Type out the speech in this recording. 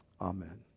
Amen